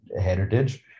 heritage